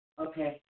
Okay